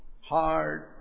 hard